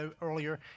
earlier